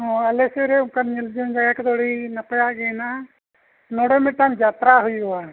ᱦᱮᱸ ᱟᱞᱮ ᱥᱮᱫ ᱨᱮ ᱚᱱᱠᱟᱱ ᱧᱮᱞ ᱡᱚᱝ ᱡᱟᱭᱜᱟ ᱠᱚᱫᱚ ᱟᱹᱰᱤ ᱱᱟᱯᱟᱭᱟᱜ ᱜᱮ ᱦᱮᱱᱟᱜᱼᱟ ᱱᱚᱰᱮ ᱢᱤᱫᱴᱟᱝ ᱡᱟᱛᱛᱨᱟ ᱦᱩᱭᱩᱜᱼᱟ